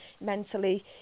mentally